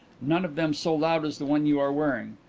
none of them so loud as the one you are wearing.